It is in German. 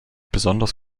besonders